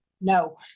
No